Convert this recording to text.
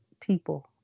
people